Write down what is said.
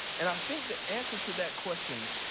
and i think the answer to that question,